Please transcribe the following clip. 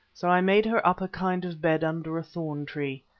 so i made her up a kind of bed under a thorn-tree.